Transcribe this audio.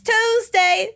Tuesday